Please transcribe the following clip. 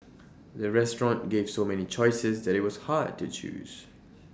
the restaurant gave so many choices that IT was hard to choose